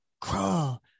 crawl